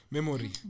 Memory